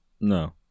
No